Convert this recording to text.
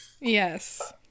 Yes